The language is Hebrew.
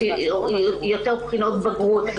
יותר בחינות בגרות,